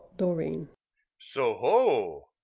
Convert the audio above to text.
dorine so ho!